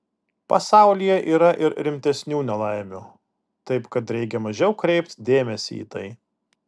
pasaulyje yra ir rimtesnių nelaimių taip kad reikia mažiau kreipt dėmesį į tai